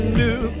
new